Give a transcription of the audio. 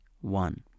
one